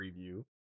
preview